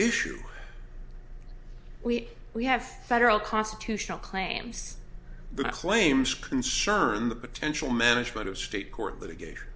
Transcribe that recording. issue we we have federal constitutional claims the claims concern the potential management of state court litigation